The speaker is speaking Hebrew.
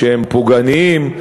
שהם פוגעניים,